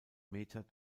meter